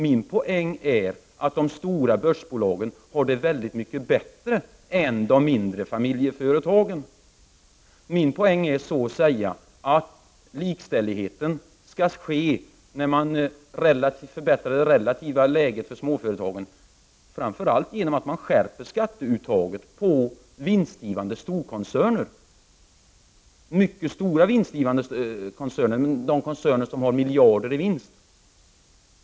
Min poäng är att de stora börsbolagen har det väldigt mycket bättre än de mindre familjeföretagen. Min poäng är så att säga att likställigheten skall ske när man förbättrar det relativa läget för småföretagen, framför allt genom att skärpa skatteuttaget på vinstgivande storkoncerner, mycket stora vinstgivande koncerner med miljarder i vinst.